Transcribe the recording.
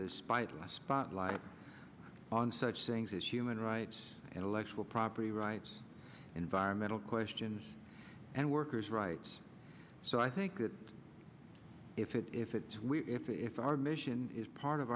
this spotlight on such things as human rights and electoral property rights environmental questions and workers rights so i think that if it if it if it if our mission is part of